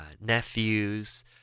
nephews